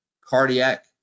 cardiac